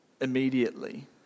immediately